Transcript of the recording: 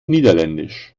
niederländisch